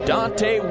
Dante